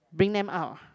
bring them out